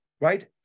right